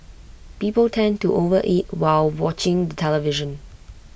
people tend to overeat while watching the television